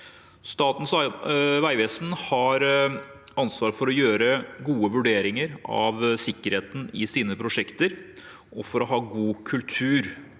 Statens vegvesen har ansvar for å gjøre gode vurderinger av sikkerheten i sine prosjekter og for å ha god kultur